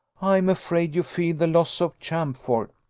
i am afraid you feel the loss of champfort.